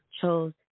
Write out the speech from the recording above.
chose